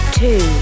two